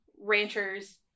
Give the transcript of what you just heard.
ranchers